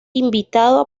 invitado